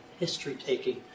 history-taking